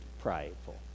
prideful